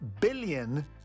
billion